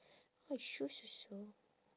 oh shoes also